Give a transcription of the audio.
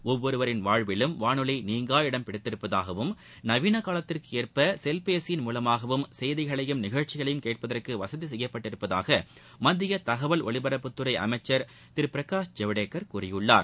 ஒவ்வொருவரின் வாழ்விலும் வானொலி நீங்கா இடம் பிடித்துள்ளதாகவும் நவீன காலத்திற்கு ஏற்ப செல்டேசியின் மூலமாகவும் செய்திகளையும் நிகழ்ச்சிகளையும் கேட்பதற்கு வசதி செய்யப்பட்டுள்ளதாக மத்திய தகவல் ஒலிபரப்புத்துறை அமைச்சர் திரு பிரகாஷ் ஜவடேக்கர் கூறியுள்ளார்